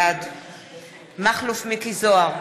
בעד מכלוף מיקי זוהר,